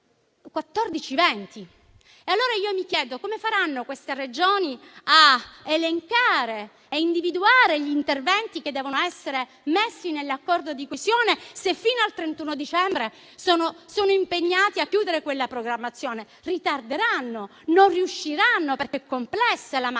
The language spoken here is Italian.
Allora, mi chiedo: come faranno quelle Regioni a elencare e individuare gli interventi che devono essere messi nell'accordo di coesione, se fino al 31 dicembre sono impegnate a chiudere quella programmazione? Ritarderanno, non riusciranno, perché è complessa la macchina,